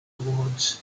awards